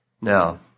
Now